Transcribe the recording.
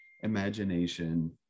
imagination